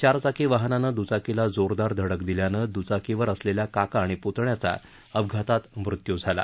चारचाकी वाहनानं दुचाकीला जोरदार धडक दिल्यानं दुचाकीवर असलेल्या काका आणि प्तण्या यांचा अपघातात मृत्यू झाला